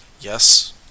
yes